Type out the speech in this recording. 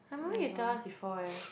I remember you tell us before eh